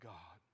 God